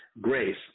grace